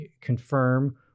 confirm